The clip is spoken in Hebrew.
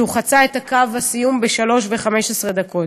כשהוא חצה את קו הסיום ב-3:15 שעות.